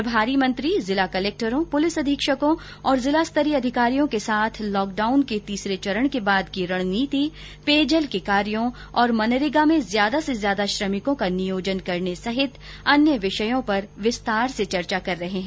प्रभारी मंत्री जिला कलेक्टरों पुलिस अधीक्षकों और जिलास्तरीय अधिकारियों के साथ लॉक डाउन के तीसरे चरण के बाद की रणनीति पेयजल के कार्यो और मनरेगा में ज्यादा से ज्यादा श्रमिकों का नियोजन करने सहित अन्य विषयों पर विस्तार से चर्चा कर रहे है